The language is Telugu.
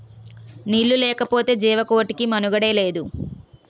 నీళ్లు లేకపోతె జీవకోటికి మనుగడే లేదు